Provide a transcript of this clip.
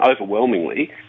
overwhelmingly